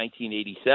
1987